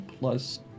plus